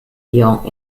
young